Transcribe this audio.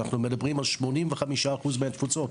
אנחנו מדברים על 85% מהתפוצות,